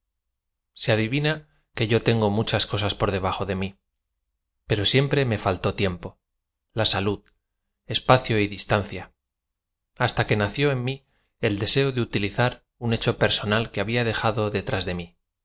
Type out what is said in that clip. ise adivina que yo tengo muchas cosan por de bajo de mi p ero siempre me faltó tiempo la salud espacio y distancia hasta que nació en mí el deseo de utilizar un hecho personal que habla dejado detrás de mi